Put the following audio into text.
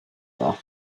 dda